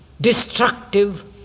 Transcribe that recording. destructive